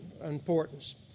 importance